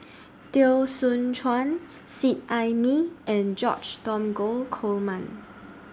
Teo Soon Chuan Seet Ai Mee and George Dromgold Coleman